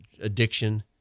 addiction